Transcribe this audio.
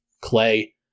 Clay